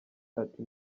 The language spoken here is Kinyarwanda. ati